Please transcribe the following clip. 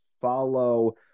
follow